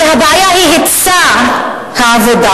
שהבעיה היא היצע העבודה,